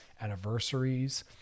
anniversaries